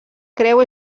creu